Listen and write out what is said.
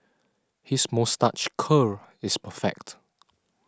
his moustache curl is perfect